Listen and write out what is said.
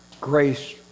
grace